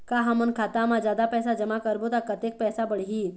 का हमन खाता मा जादा पैसा जमा करबो ता कतेक पैसा बढ़ही?